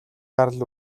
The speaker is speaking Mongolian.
гарал